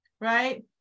right